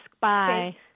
Bye